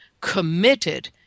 committed